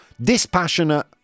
Dispassionate